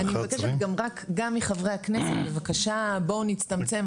11:00. אני מבקשת גם מחברי הכנסת בואו נצטמצם,